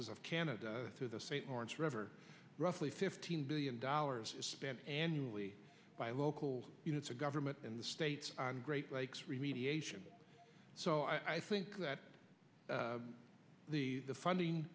s of canada to the st lawrence river roughly fifteen billion dollars is spent annually by local government in the states great lakes remediation so i think that the funding